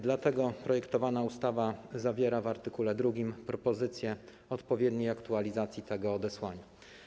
Dlatego projektowana ustawa zawiera w art. 2 propozycję odpowiedniej aktualizacji tego odesłania.